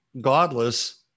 godless